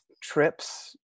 trips